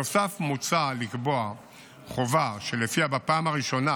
בנוסף מוצע לקבוע חובה שלפיה בפעם הראשונה